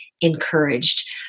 encouraged